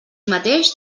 mateix